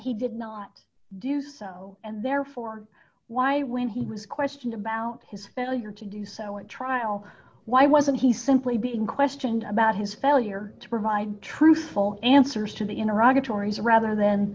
he did not do so and therefore why when he was questioned about his failure to do so at trial why wasn't he simply being questioned about his failure to provide truthful answers to the ira